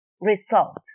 result